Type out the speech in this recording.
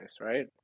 right